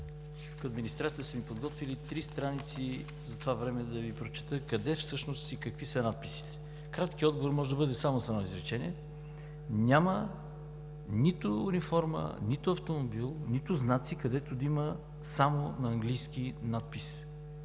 В администрацията са ми подготвили три страници за това време да Ви прочета къде всъщност и какви са надписите. Краткият отговор може да бъде само с едно изречение – няма нито униформа, нито автомобил, нито знаци, където да има надпис само на английски.